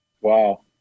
Wow